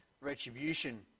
retribution